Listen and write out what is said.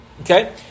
Okay